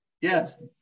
yes